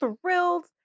thrilled